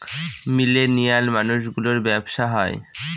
millennial মানুষ গুলোর ব্যাবসা হয়